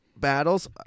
battles